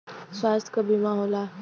स्वास्थ्य क बीमा होला